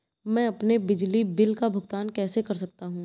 मैं अपने बिजली बिल का भुगतान कैसे कर सकता हूँ?